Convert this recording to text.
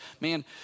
man